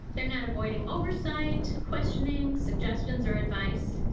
they're not avoiding oversight, questionings, suggestions or advice.